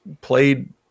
played